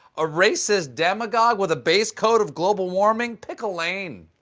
a racist demagogue, with a base coat of global warming? pick a lane.